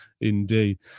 indeed